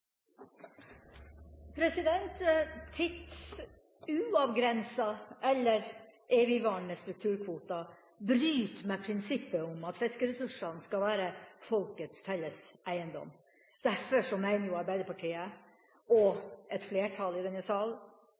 strukturkvoter bryter med prinsippet om at fiskeressursene skal være folkets felles eiendom. Derfor mener Arbeiderpartiet og et flertall i denne sal